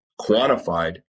quantified